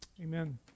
amen